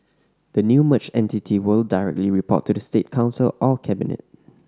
the new merged entity will directly report to the State Council or cabinet